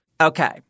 Okay